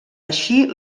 així